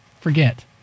forget